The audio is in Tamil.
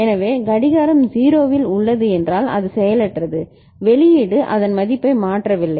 எனவே கடிகாரம் 0 இல் உள்ளது என்றால் அது செயலற்றது - வெளியீடு அதன் மதிப்பை மாற்றவில்லை